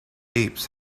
apes